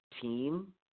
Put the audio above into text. team